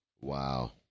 Wow